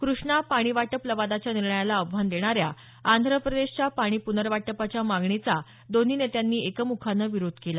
कृष्णा पाणी वाटप लवादाच्या निर्णयाला आव्हान देणाऱ्या आंध्रप्रदेशच्या पाणी प्नर्वाटपाच्या मागणीचा दोन्ही नेत्यांनी एकम्खानं विरोध केला